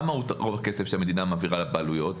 מה מהות רוב הכסף שהמדינה מעבירה לבעלויות?